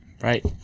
Right